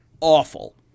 awful